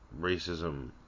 racism